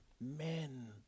men